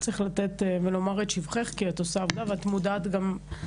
וצריך לומר את שבחך כי את עושה עבודה ואת גם מודעת באמת